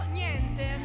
niente